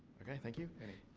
okay. thank you.